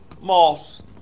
moss